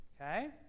Okay